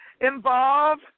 involve